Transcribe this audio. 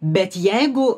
bet jeigu